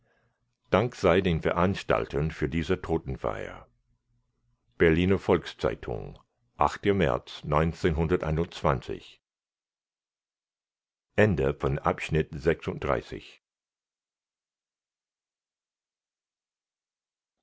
dank sei den veranstaltern für diese totenfeier berliner volks-zeitung märz